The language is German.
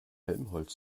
helmholtz